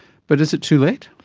but is it too late?